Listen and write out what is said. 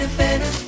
better